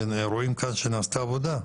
ורואים כאן שנעשתה עבודה,